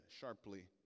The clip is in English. sharply